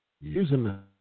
Using